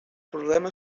problema